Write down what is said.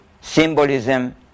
symbolism